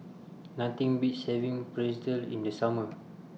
Nothing Beats having Pretzel in The Summer